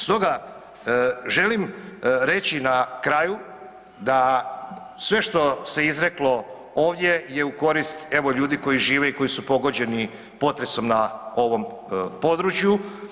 Stoga, želim reći na kraju da sve što se izreklo ovdje je u korist evo ljudi koji žive i koji su pogođeni potresom na ovom području.